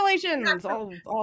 congratulations